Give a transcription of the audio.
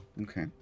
okay